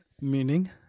Meaning